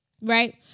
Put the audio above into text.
Right